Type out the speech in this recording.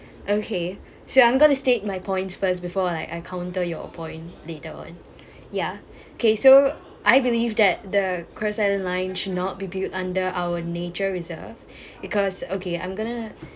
okay so I'm gonna state my points first before like I encounter your point later on ya okay so I believe that the cross island line should not be build under our nature reserve because okay I'm gonna